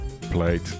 played